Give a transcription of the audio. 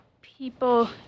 people